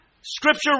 scripture